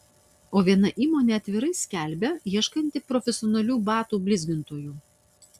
o viena įmonė atvirai skelbia ieškanti profesionalių batų blizgintojų